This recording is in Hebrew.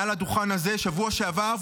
מעל הדוכן הזה בשבוע שעבר,